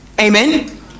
Amen